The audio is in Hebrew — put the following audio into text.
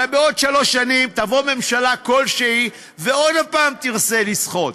הרי בעוד שלוש שנים תבוא ממשלה כלשהי ועוד פעם תרצה לסחוט,